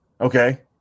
Okay